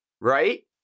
Right